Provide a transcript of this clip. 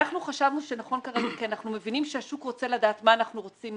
אנחנו מבינים שהשוק רוצה לדעת מה אנחנו רוצים,